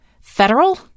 Federal